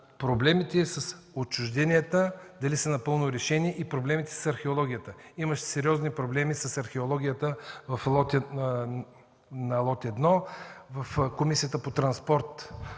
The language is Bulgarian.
проблемите с отчуждаванията – дали са напълно решени и проблемите с археологията. Имаше сериозни проблеми с археологията на лот 1. В Комисията по транспорта